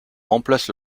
remplace